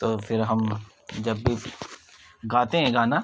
تو پھر ہم جب بھی گاتے ہیں گانا